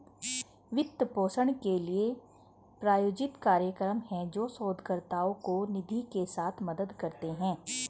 वित्त पोषण के लिए, प्रायोजित कार्यक्रम हैं, जो शोधकर्ताओं को निधि के साथ मदद करते हैं